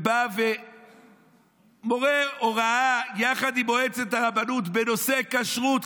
ובא ומורה הוראה יחד עם מועצת הרבנות בנושא כשרות,